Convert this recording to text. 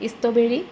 strawberry